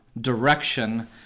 direction